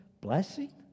blessing